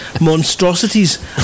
monstrosities